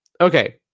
okay